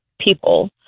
people